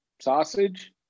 sausage